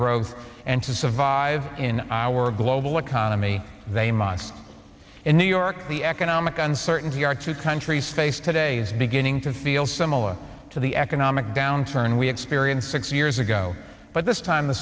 growth and to survive in our global economy they must in new york the economic uncertainty our two countries face today is beginning to feel similar to the economic downturn we experienced six years ago but this time the